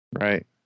right